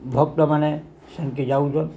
ଭକ୍ତମାନେ ସେନକେ ଯାଉଛନ୍